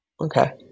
okay